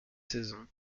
saisons